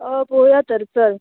हय पोवया तर चल